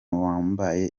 wambaye